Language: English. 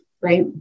right